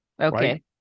Okay